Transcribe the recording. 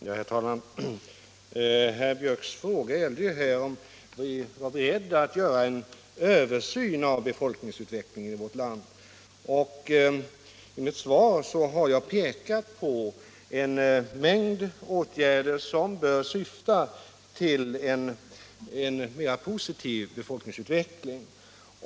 Herr talman! Herr Biörcks i Värmdö fråga gällde om vi är beredda att göra en översyn av befolkningsutvecklingen i vårt land. I mitt svar har jag pekat på en mängd åtgärder som bör kunna bidra till en mera positiv befolkningsutveckling.